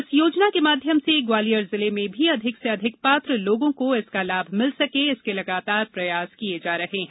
इस योजना के माध्यम से ग्वालियर ज़िले में भी अधिक से अधिक पात्र लोगों को इसका लाभ मिल सके इसके लगातार प्रयास किए जा रहे हैं